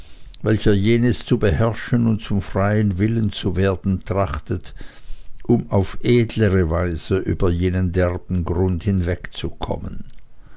welcher jenes zu beherrschen und zum freien willen zu werden trachtet um auf edlere weise über jenen derben grund hinwegzukommen